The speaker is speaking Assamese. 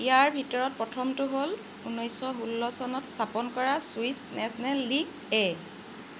ইয়াৰ ভিতৰত প্ৰথমটো হ'ল ঊনৈছশ ষোল্ল চনত স্থাপন কৰা ছুইছ নেচনেল লীগ এ